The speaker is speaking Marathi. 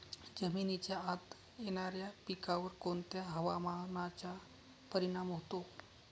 जमिनीच्या आत येणाऱ्या पिकांवर कोणत्या हवामानाचा परिणाम होतो?